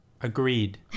Agreed